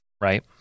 Right